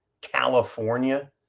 California